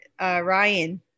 Ryan